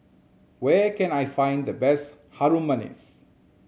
where can I find the best Harum Manis